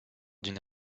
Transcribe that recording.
d’une